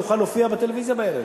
שתוכל להופיע בטלוויזיה בערב.